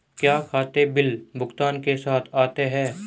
क्या खाते बिल भुगतान के साथ आते हैं?